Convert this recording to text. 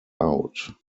out